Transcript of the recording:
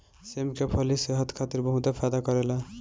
सेम के फली सेहत खातिर बहुते फायदा करेला